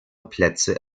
plätze